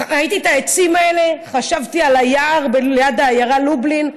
ראיתי את העצים האלה וחשבתי על היער ליד העיירה לובלין.